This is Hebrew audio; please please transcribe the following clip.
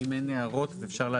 זה המודל.